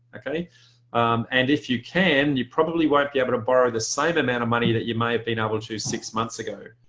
um and if you can, you probably won't be able to borrow the same amount of money that you may have been able to six months ago.